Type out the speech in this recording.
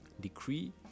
decree